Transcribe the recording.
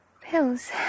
Pills